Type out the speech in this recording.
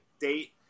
date